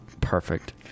Perfect